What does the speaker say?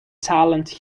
talent